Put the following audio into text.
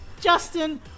Justin